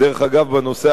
בנושא האירני,